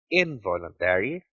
involuntary